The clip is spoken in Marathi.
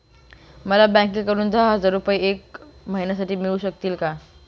मला बँकेकडून दहा हजार रुपये एक महिन्यांसाठी मिळू शकतील का?